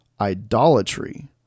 idolatry